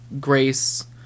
grace